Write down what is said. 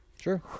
Sure